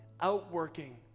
outworking